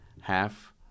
half